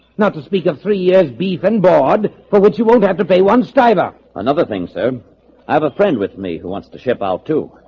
not to speak of three years beef and board for which you won't have to pay one stiver another thing sir i have a friend with me who wants to ship out has